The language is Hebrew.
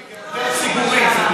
זה יותר ציבורי.